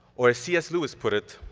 or as c s. lewis put it,